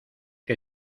que